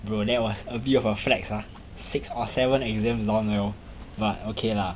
bro was a bit of a flex ah six or seven exams done well but okay lah